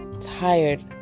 tired